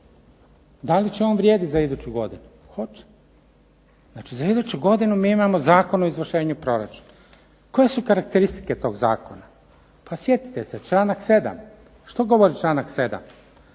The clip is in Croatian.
Da li će on vrijediti za iduću godinu? Hoće. Znači za iduću godinu mi imamo Zakon o izvršenju proračuna. Koje su karakteristike tog zakona? Pa sjetite se članak 7. Što govori članak 7.?